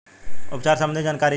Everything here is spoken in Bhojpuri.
उपचार सबंधी जानकारी चाही?